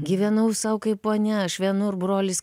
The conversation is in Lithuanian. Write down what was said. gyvenau sau kaip ponia aš vienur brolis